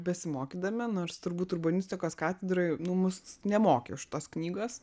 besimokydami nors turbūt urbanistikos katedroj nu mus nemokė iš tos knygos